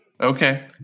Okay